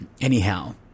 anyhow